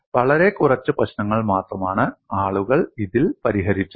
വളരെ കുറച്ച് പ്രശ്നങ്ങൾ മാത്രമാണ് ആളുകൾ ഇതിൽ പരിഹരിച്ചത്